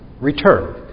return